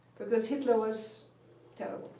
because, hitler was terrible,